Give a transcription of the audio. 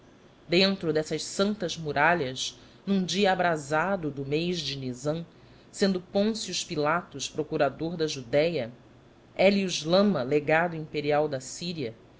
dentro dessas santas muralhas num dia abrasado do mês de nizam sendo poncio pilatos procurador da judéia élio lama legado imperial da síria